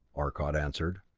arcot answered.